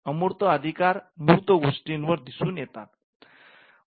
अमूर्त अधिकार मूर्त गोष्टींवर दिसून येतात